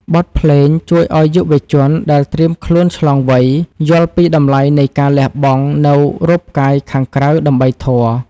បទភ្លេងជួយឱ្យយុវជនដែលត្រៀមខ្លួនឆ្លងវ័យ យល់ពីតម្លៃនៃការលះបង់នូវរូបកាយខាងក្រៅដើម្បីធម៌។